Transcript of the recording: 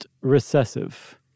recessive